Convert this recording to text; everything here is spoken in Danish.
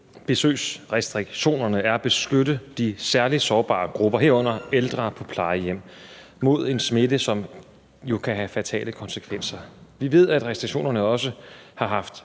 besøgsrestriktionerne er at beskytte de særligt sårbare grupper, herunder ældre på plejehjem, mod en smitte, som jo kan have fatale konsekvenser. Vi ved, at restriktionerne også har haft